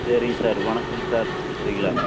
சரிங்க சார் வணக்கங்க சார் சரிங்களா